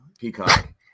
Peacock